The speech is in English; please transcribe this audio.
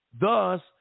Thus